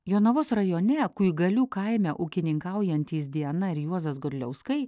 jonavos rajone kuigalių kaime ūkininkaujantys diana ir juozas godliauskai